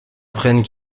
apprennent